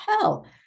hell